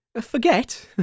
Forget